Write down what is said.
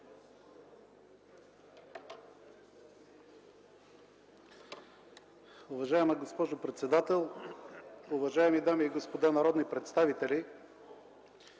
Уважаема госпожо председател, уважаеми дами и господа народни представители,